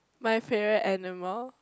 my favourite aminal